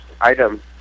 item